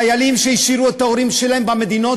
חיילים שהשאירו את ההורים שלהם במדינות